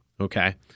Okay